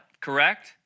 correct